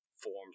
forms